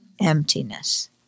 Emptiness